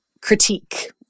critique